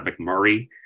McMurray